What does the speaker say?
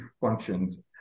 functions